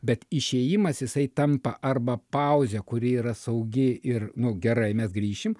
bet išėjimas jisai tampa arba pauzė kuri yra saugi ir nu gerai mes grįšim